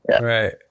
right